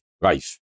life